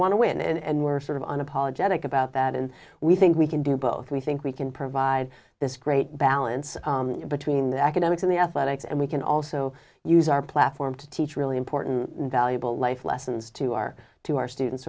ant to win and we're sort of unapologetic about that and we think we can do both we think we can provide this great balance between the academics and the athletics and we can also use our platform to teach really important and valuable life lessons to our to our students